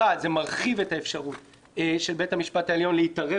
1. זה מרחיב את האפשרות של בית המשפט העליון להתערב